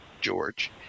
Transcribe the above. George